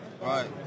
right